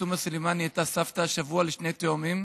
תומא סלימאן נהייתה השבוע סבתא לתאומים,